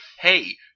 hey